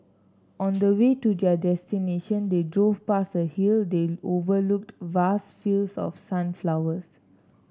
on the way to their destination they drove past a hill that overlooked vast fields of sunflowers